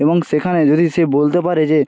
এবং সেখানে যদি সে বলতে পারে যে